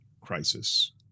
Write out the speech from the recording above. crisis